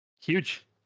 Huge